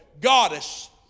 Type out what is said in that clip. goddess